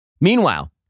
Meanwhile